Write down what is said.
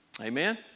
Amen